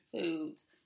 foods